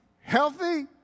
Healthy